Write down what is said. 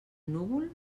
núvol